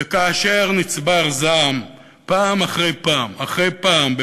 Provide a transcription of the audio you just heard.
וכאשר נצבר זעם פעם אחרי פעם אחרי פעם,